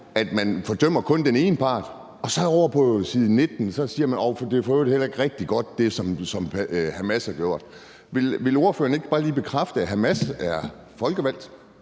at man kun fordømmer den ene part, og så ovre på side 19 siger man: Det er for øvrigt heller ikke rigtig godt, hvad Hamas har gjort. Vil ordføreren ikke bare lige bekræfte, at Hamas er folkevalgt